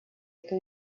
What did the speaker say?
эту